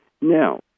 Now